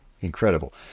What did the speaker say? incredible